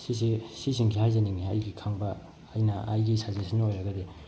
ꯁꯤꯁꯦ ꯁꯤꯁꯤꯡꯁꯦ ꯍꯥꯏꯖꯅꯤꯡꯏ ꯑꯩꯒꯤ ꯈꯪꯕ ꯑꯩꯅ ꯑꯩꯒꯤ ꯁꯖꯦꯁꯟ ꯑꯣꯏꯔꯒꯗꯤ